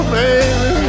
baby